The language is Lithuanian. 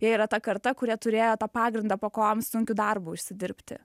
jie yra ta karta kur jie turėjo tą pagrindą po kojom sunkiu darbu užsidirbti